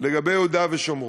לגבי יהודה ושומרון,